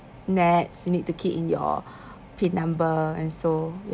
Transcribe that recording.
NETS you need to key in your pin number and so